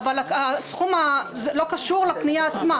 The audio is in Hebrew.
אבל הסכום לא קשור לפנייה עצמה.